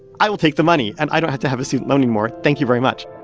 i will take the money. and i don't have to have a student loan anymore. thank you very much